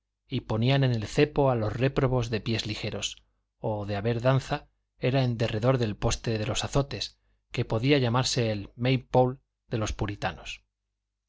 y ponían en el cepo a los réprobos de pies ligeros o de haber danza era en derredor del poste de los azotes que podía llamarse el may pole de los puritanos